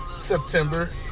September